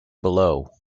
below